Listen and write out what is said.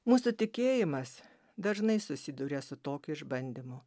mūsų tikėjimas dažnai susiduria su tokiu išbandymu